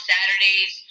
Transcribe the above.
Saturdays